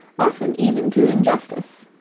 often even to injustice.